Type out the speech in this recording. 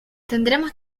tendremos